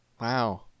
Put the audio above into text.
Wow